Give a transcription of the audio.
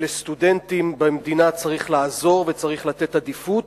שלסטודנטים במדינה צריך לעזור וצריך לתת עדיפות,